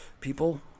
People